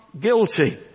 guilty